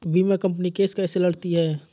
बीमा company case कैसे लड़ती है?